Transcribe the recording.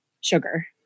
sugar